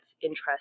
interest